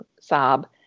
sob